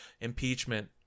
impeachment